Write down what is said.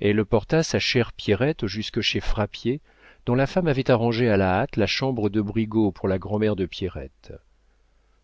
elle porta sa chère pierrette jusque chez frappier dont la femme avait arrangé à la hâte la chambre de brigaut pour la grand'mère de pierrette